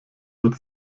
wird